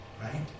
right